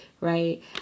right